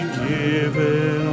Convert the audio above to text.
given